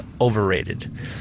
overrated